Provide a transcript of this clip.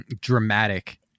dramatic